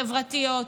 חברתיות,